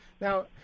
Now